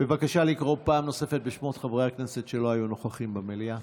בבקשה לקרוא פעם נוספת בשמות חברי הכנסת שלא היו נוכחים במליאה.